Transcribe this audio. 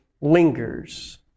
lingers